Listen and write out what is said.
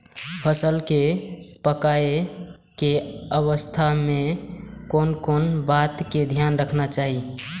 फसल के पाकैय के अवस्था में कोन कोन बात के ध्यान रखना चाही?